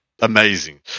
Amazing